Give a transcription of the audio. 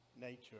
nature